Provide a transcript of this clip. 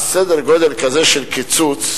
כשמדובר על סדר גודל כזה של קיצוץ,